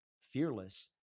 fearless